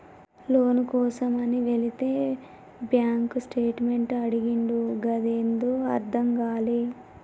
లోను కోసమని వెళితే bank statement అడిగిండు గదేందో అర్థం గాలే